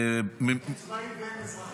-- הן צבאי והן אזרחי.